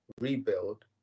rebuild